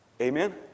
Amen